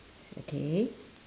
okay